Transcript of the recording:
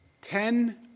Ten